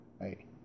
hey